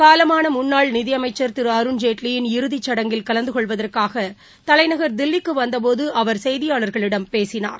காலமான முன்னாள் நிதியமைச்சர் திரு அருண்ஜேட்லியின் இறதிச்சடங்கில் கலந்துகொள்வதற்காக தலைநகர் தில்லிக்கு வந்தபோது அவர் செய்தியாளர்களிடம் பேசினார்